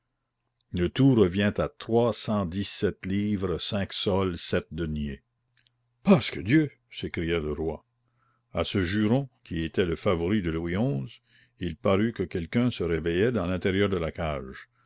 le tout revient à trois cent dix-sept livres cinq sols sept deniers pasque dieu s'écria le roi à ce juron qui était le favori de louis xi il parut que quelqu'un se réveillait dans l'intérieur de la cage